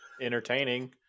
entertaining